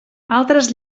altres